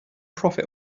profit